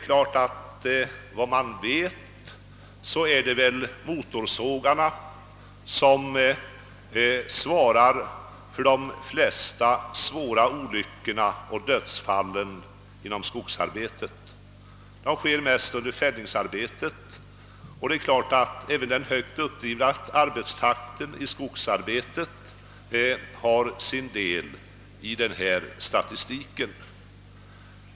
Såvitt man vet är det motorsågarna som svarar för de flesta svåra olyckorna och dödsfallen i skogsarbetet. De inträffar mest under fällningsarbete. Naturligtvis spelar också den högt uppdrivna arbetstakten en stor roll och ger utslag i olycksstatistiken.